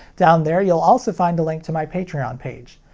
down there you'll also find a link to my patreon um page.